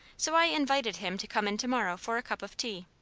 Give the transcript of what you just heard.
so i invited him to come in to-morrow for a cup of tea.